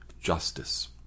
justice